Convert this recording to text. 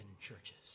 churches